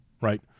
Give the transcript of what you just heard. right